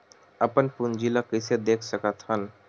अपन पूंजी ला कइसे देख सकत हन?